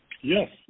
Yes